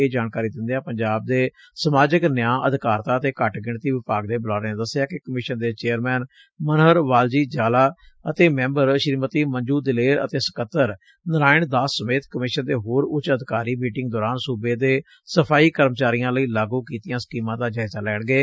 ਇਹ ਜਾਣਕਾਰੀ ਦਿੰਦਿਆਂ ਪੰਜਾਬ ਦੇ ਸਮਾਜਿਕ ਨਿਆਂ ਅਧਿਕਾਰਤਾ ਅਤੇ ਘੱਟ ਗਿਣਤੀ ਵਿਭਾਗ ਦੇ ਬੁਲਾਰੇ ਨੇ ਦੱਸਿਆ ਕਿ ਕਮਿਸ਼ਨ ਦੇ ਚੇਅਰਸੈਨ ਮਨਹਰ ਵਾਲਜੀ ਜਾਲਾ ਅਤੇ ਸੈਂਬਰ ਸ੍ਰੀਮਤੀ ਮੰਜੁ ਦਿਲੇਰ ਅਤੇ ਸਕੱਤਰ ਨਰਾਇਣ ਦਾਸ ਸਮੇਤ ਕਮਿਸ਼ਨ ਦੇ ਹੋਰ ਉੱਚ ਅਧਿਕਾਰੀ ਮੀਟਿੰਗ ਦੌਰਾਨ ਸੁਬੇ ਦੇ ਸਫ਼ਾਈ ਕਰਮਚਾਰੀਆਂ ਲਈ ਲਾਗੁ ਕੀਤੀਆਂ ਸਕੀਮਾਂ ਦਾ ਜਾਇਜ਼ਾ ਲੈਣਗੇ